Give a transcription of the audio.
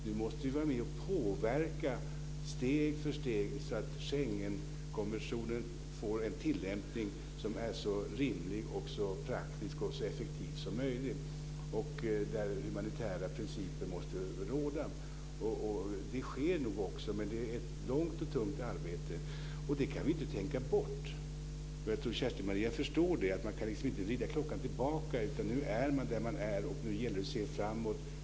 Nu måste vi vara med och påverka steg för steg, så att Schengenkonventionen får en tillämpning som är så rimlig, praktisk och effektiv som möjligt, och humanitära principer måste råda. Det här sker nog också, men det är ett långt och tungt arbete, och det kan vi inte tänka bort. Jag tror att Kerstin-Maria förstår att man liksom inte kan vrida klockan tillbaka, utan nu är man där man är, och nu gäller det att se framåt.